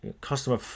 customer